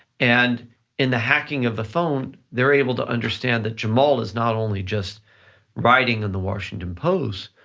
and in the hacking of the phone, they're able to understand that jamal is not only just writing in the washington post,